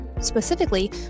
specifically